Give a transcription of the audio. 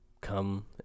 Come